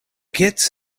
kits